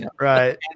Right